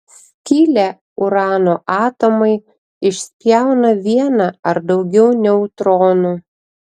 skilę urano atomai išspjauna vieną ar daugiau neutronų